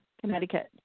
Connecticut